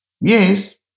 Yes